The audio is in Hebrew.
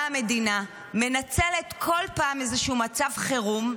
באה המדינה, מנצלת בכל פעם איזשהו מצב חירום,